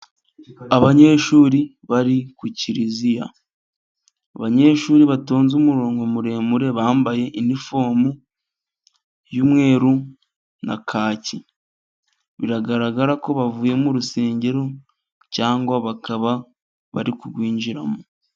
Abanyeshuri bari ku kiliziya, abanyeshuri batonze umurongo muremure bambaye unifomu y'umweru na kaki, biragaragara ko bavuye mu rusengero cyangwa bakaba bari kurwinjiramo.